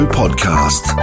podcast